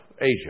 Asia